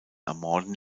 ermorden